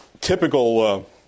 typical